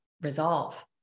resolve